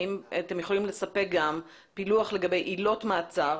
האם אתם יכולים לספק גם פילוח לגבי עילות מעצר